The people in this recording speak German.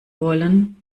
wollen